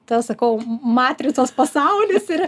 tas sakau matricos pasaulis ir